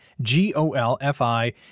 G-O-L-F-I